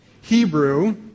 Hebrew